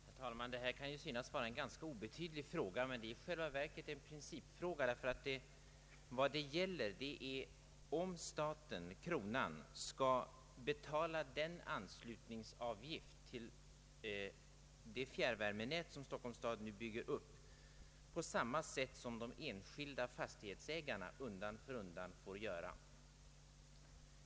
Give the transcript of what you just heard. Herr talman! Denna fråga kan synas vara ganska obetydlig men är i själva verket en principfråga. Vad det gäller är om staten skall betala anslutningsavgift till det fjärrvärmenät Stockholms stad nu bygger upp, på samma sätt som de enskilda fastighetsägarna undan för undan får göra.